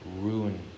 ruin